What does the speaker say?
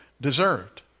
deserved